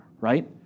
right